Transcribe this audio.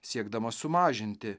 siekdamas sumažinti